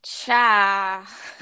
Cha